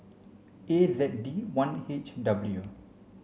A Z D one H W